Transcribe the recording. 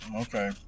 Okay